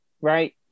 right